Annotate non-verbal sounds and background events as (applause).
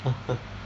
(laughs)